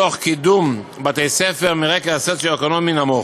תוך קידום בתי-ספר מרקע סוציו-אקונומי נמוך.